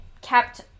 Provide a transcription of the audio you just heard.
kept